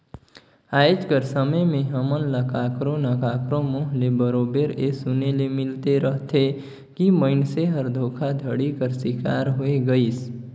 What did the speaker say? आएज कर समे में हमन ल काकरो ना काकरो मुंह ले बरोबेर ए सुने ले मिलते रहथे कि मइनसे हर धोखाघड़ी कर सिकार होए गइस